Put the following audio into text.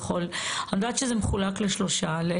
אם אפשר לרווח ואם אפשר שפחות יגיעו